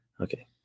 Okay